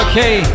Okay